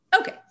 Okay